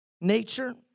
nature